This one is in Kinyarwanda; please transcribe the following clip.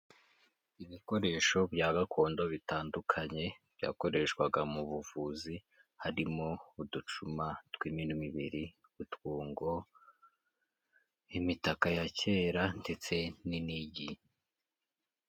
Ibikoresho bya gakondo bitandukanye, byakoreshwaga mu buvuzi harimo uducuma tw'iminwa ibiri, utwungo imitaka ya kera ndetse n'inigi.